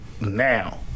Now